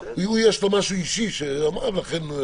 רק הוא יש לו משהו אישי שאמר --- יעקב,